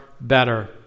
better